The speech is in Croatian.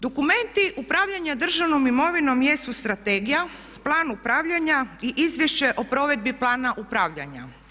Dokumenti upravljanja državnom imovinom jesu strategija, plan upravljanja i izvješće o provedbi plana upravljanja.